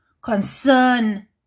concern